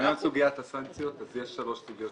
בעניין סוגיית הסנקציות, יש שלוש סוגיות